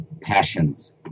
passions